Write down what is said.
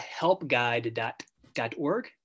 helpguide.org